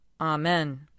Amen